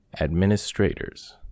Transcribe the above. administrators